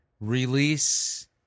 release